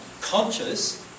conscious